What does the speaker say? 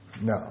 No